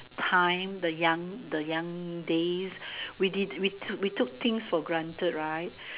time the young the young days we did we took we took things for granted right